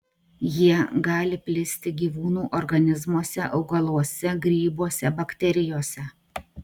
jie gali plisti gyvūnų organizmuose augaluose grybuose bakterijose